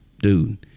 dude